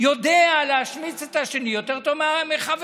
יודע להשמיץ את השני יותר טוב מחברו.